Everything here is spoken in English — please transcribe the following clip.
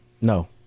No